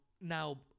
Now